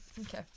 okay